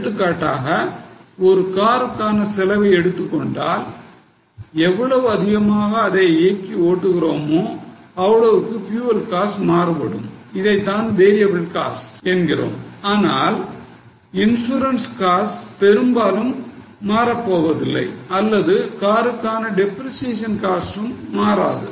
எடுத்துக்காட்டாக ஒரு காருக்கான செலவை எடுத்துக் கொண்டால் எவ்வளவு அதிகமாக அதை இயக்கி ஓட்டுகிறோமோ அவ்வளவுக்கு fuel cost மாறுபடும் இதுதான் variable cost ஆனால் இன்சுரன்ஸ் காஸ்ட் பெரும்பாலும் மாறப்போவதில்லை அல்லது காருக்கான depreciation cost ம் மாறாது